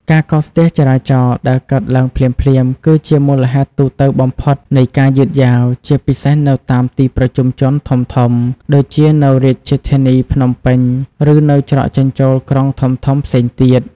ការកកស្ទះចរាចរណ៍ដែលកើតឡើងភ្លាមៗ គឺជាមូលហេតុទូទៅបំផុតនៃការយឺតយ៉ាវ ជាពិសេសនៅតាម ទីប្រជុំជនធំៗ ដូចជានៅរាជធានីភ្នំពេញ ឬនៅច្រកចេញចូលក្រុងធំៗផ្សេងទៀត។